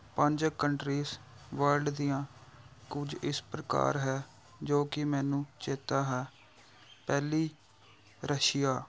ਪੰਜ countries world ਦੀਆਂ ਕੁਝ ਇਸ ਪ੍ਰਕਾਰ ਹੈ ਜੋ ਕਿ ਮੈਨੂੰ ਚੇਤਾ ਹੈ ਪਹਿਲੀ ਰਸ਼ੀਆ